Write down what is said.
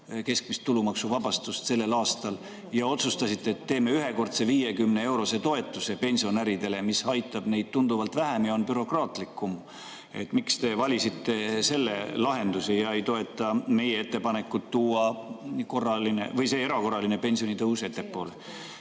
keskmist tulumaksuvabastust sellel aastal ja otsustasite, et teeme ühekordse 50‑eurose toetuse pensionäridele? See aitab neid tunduvalt vähem ja on bürokraatlikum. Miks te valisite selle lahenduse ega toeta meie ettepanekut tuua erakorraline pensionitõus ettepoole? Ja